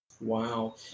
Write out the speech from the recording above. Wow